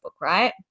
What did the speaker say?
right